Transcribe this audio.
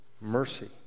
mercy